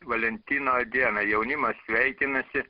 valentino dieną jaunimas sveikinasi